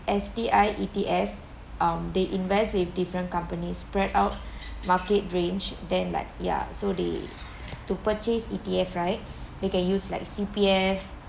S_T_I E_T_F um they invest with different companies spread out market range then like ya so they to purchase E_T_F right they can use like C_P_F